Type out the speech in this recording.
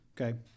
Okay